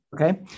Okay